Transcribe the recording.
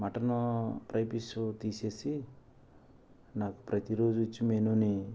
mutton fry piece తీసేసి నాకు ప్రతిరోజు ఇచ్చే మెనూనే